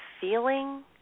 feeling